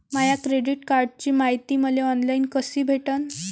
माया credit कार्डची मायती मले ऑनलाईन कसी भेटन?